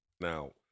Now